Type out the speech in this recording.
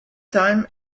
time